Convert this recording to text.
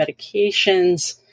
medications